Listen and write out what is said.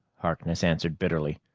harkness answered bitterly.